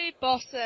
bosses